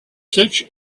such